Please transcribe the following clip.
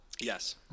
Yes